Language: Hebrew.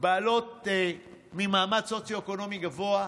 ממעמד סוציו-אקונומי גבוה,